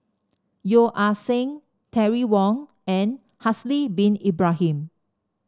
Yeo Ah Seng Terry Wong and Haslir Bin Ibrahim